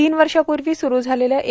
तीन वर्षापूर्वी सुरू झालेल्या ए